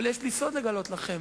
אבל יש לי סוד לגלות לכם: